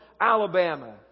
Alabama